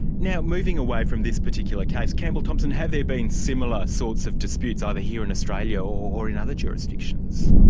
now moving away from this particular case, campbell thompson, have there been similar sorts of disputes either here in australia or in other jurisdictions?